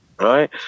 right